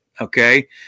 Okay